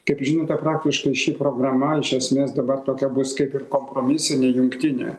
kaip žinote praktiškai ši programa iš esmės dabar tokia bus kaip ir kompromisinė jungtinė